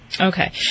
Okay